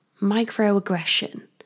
microaggression